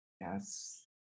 Yes